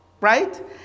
right